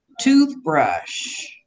toothbrush